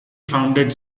founded